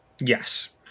Yes